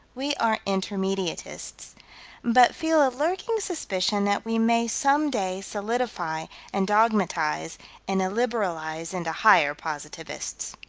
we are intermediatists but feel a lurking suspicion that we may some day solidify and dogmatize and illiberalize into higher positivists.